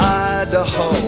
idaho